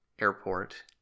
airport